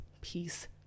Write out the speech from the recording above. peace